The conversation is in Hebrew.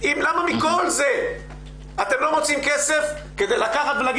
למה מכל זה אתם לא מוציאים כסף כדי לקחת ולהגיד